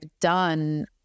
done